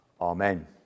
Amen